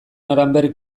aranberrik